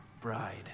bride